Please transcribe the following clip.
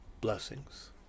Blessings